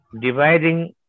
dividing